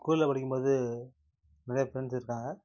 ஸ்கூலில் படிக்கும்போது நிறைய ஃப்ரெண்ட்ஸ் இருக்காங்க